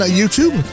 YouTube